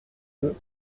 deux